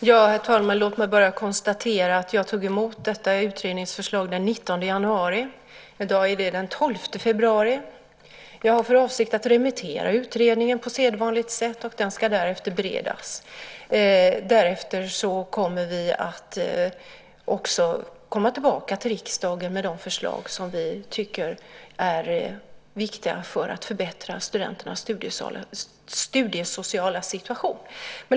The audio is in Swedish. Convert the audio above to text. Herr talman! Låt mig bara konstatera att jag tog emot utredningsförslaget den 19 januari. I dag är det den 12 februari. Jag har för avsikt att remittera utredningen på sedvanligt sätt. Därefter ska den beredas. Sedan kommer vi också att komma tillbaka till riksdagen med de förslag som vi tycker är viktiga för att förbättra studenternas studiesociala situation.